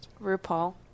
RuPaul